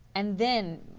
and then,